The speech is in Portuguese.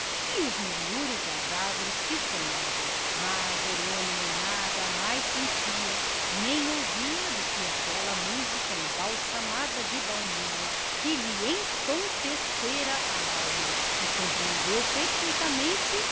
e os murmúrios das árvores que sonhavam mas jerônimo nada mais sentia nem ouvia do que aquela música embalsamada de baunilha que lhe entontecera a alma e compreendeu perfeitamente